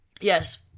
Yes